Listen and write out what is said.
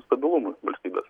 stabilumui valstybės